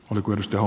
oliko isto